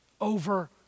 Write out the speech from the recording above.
over